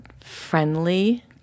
friendly